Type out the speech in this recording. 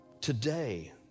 today